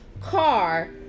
car